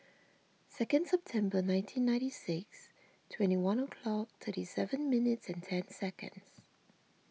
second September nineteen ninety six twenty one o'clock thirty seven minutes and ten seconds